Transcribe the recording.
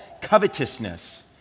covetousness